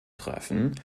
treffen